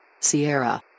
Sierra